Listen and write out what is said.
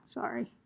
sorry